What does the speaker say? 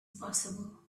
possible